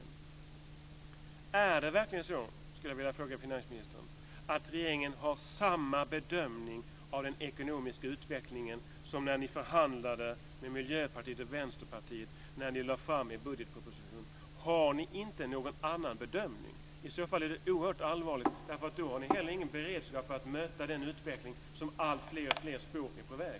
Jag skulle vilja fråga finansministern: Är det verkligen så att regeringen har samma bedömning av den ekonomiska utvecklingen som när ni förhandlade med Miljöpartiet och Vänsterpartiet när ni lade fram er budgetproposition? Har ni inte någon annan bedömning? I så fall är det oerhört allvarligt. Då har ni inte heller någon beredskap att möta den utveckling som alltfler spår är på väg.